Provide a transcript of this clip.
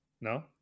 No